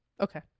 Okay